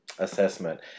assessment